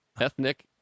Ethnic